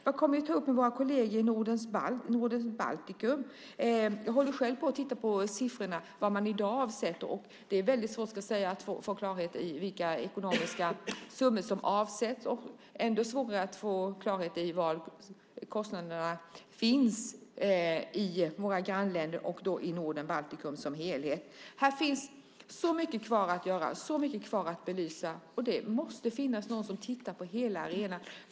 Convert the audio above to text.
Vad kommer vi att ta upp med våra kolleger i Norden och Baltikum? Jag håller själv på att titta på siffrorna på vad man i dag avsätter. Det är väldigt svårt, ska jag säga, att få klarhet i vilka ekonomiska summor som avsätts och ännu svårare att få klarhet i var kostnaderna finns i våra grannländer och då i Norden och Baltikum som helhet. Här finns så mycket kvar att göra, så mycket kvar att belysa. Det måste finnas någon som tittar på hela arenan.